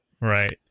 right